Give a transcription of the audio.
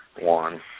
one